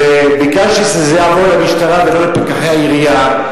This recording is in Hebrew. ביקשתי שזה יעבור למשטרה ולא לפקחי העירייה,